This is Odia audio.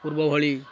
ପୂର୍ବଭଳି